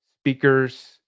speakers